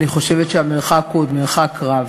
אני חושבת שהמרחק הוא עוד מרחק רב.